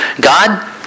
God